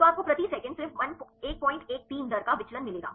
तो आपको प्रति सेकंड सिर्फ 113 दर का विचलन मिलेगा